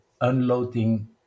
unloading